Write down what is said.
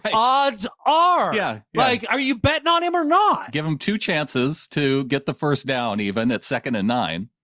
odds are yeah like, are you betting on him or not brandan give them two chances to get the first down, even at second and nine.